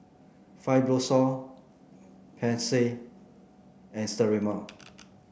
Fibrosol Pansy and Sterimar